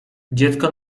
dziecko